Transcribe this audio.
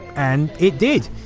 and it did.